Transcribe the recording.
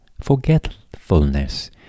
Forgetfulness